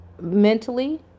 Mentally